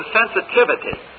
sensitivity